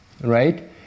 right